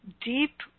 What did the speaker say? deep